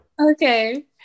Okay